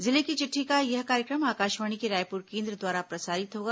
जिले की चिट्ठी का यह कार्यक्रम आकाशवाणी के रायपुर केंद्र द्वारा प्रसारित होगा